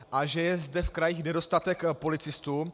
A že je zde v krajích nedostatek policistů?